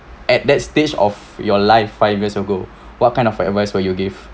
at that stage of your life five years ago what kind of advice would you give